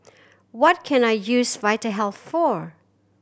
what can I use Vitahealth for